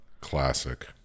classic